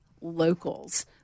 locals